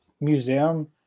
museum